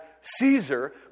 Caesar